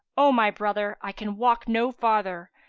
o my brother, i can walk no farther,